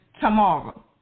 tomorrow